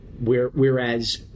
Whereas